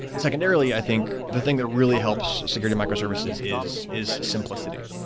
secondarily, i think the thing that really helps security microservices is is simplicity,